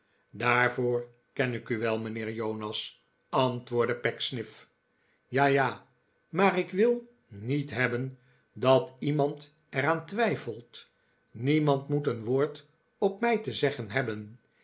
daarvoor ken ik u wel mijnheer jonas antwoordde pecksniff ja ja maar ik wil niet hebben dat iemand er aan twijfelt niemand moet een woord op mij te zeggen hebben